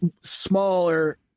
smaller